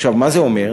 עכשיו, מה זה אומר?